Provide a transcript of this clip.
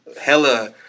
hella